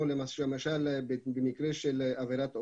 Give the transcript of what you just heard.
או למשל במקרה של עבירת עושק.